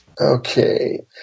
Okay